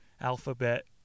alphabet